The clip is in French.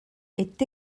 est